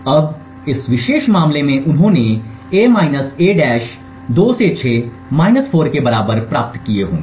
अब इस विशेष मामले में उन्होंने a a 2 से 6 4 के बराबर प्राप्त किए होंगे